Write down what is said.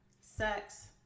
sex